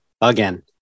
again